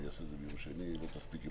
לראות את